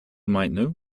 maintenu